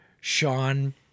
Sean